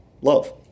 Love